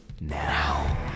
now